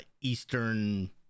Eastern